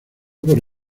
por